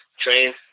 train